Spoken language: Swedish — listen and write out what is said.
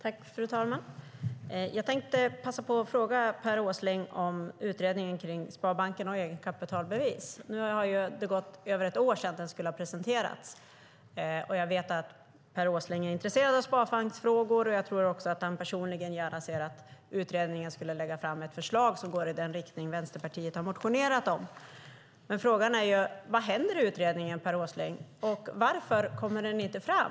Fru talman! Jag tänkte passa på att fråga Per Åsling om utredningen om sparbankerna och egenkapitalbevis. Nu har det gått över ett år sedan den skulle ha presenterats, och jag vet att Per Åsling är intresserad av sparbanksfrågor. Jag tror också att han personligen gärna ser att utredningen skulle lägga fram ett förslag som går i den riktning som Vänsterpartiet har motionerat om. Frågan är: Vad händer i utredningen, Per Åsling? Varför kommer den inte fram?